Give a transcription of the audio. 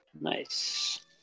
Nice